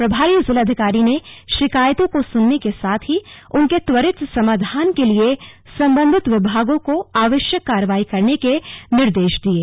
प्रंभारी जिलाधिकारी ने शिकायतों को सुनने के साथ ही उनके त्वरित समाधान के लिए सम्बन्धित विभागों को आवश्यक कार्रवाई करने के निर्देश दिये